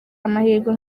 amahirwe